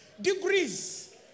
degrees